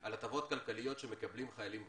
על הטבות כלכליות שמקבלים חיילים בודדים,